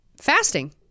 fasting